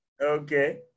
okay